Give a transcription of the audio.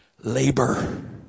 labor